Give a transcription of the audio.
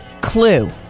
clue